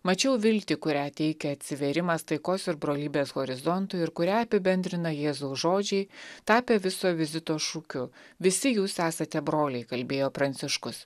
mačiau viltį kurią teikia atsivėrimas taikos ir brolybės horizontui ir kurią apibendrina jėzaus žodžiai tapę viso vizito šūkiu visi jūs esate broliai kalbėjo pranciškus